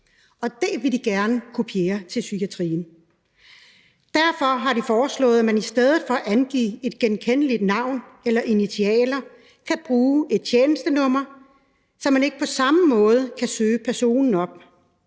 det vil de gerne kopiere til psykiatrien. Derfor har de foreslået, at de i stedet for at angive et genkendeligt navn eller initialer kan bruge et tjenestenummer, så man ikke på samme måde kan søge personen op.